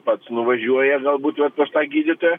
pats nuvažiuoja galbūt vat pas tą gydytoją